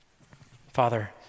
father